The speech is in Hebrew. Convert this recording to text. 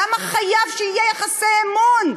למה חייבים שיהיו יחסי אמון,